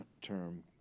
term